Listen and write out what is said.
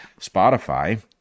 Spotify